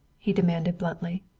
he demanded bluntly.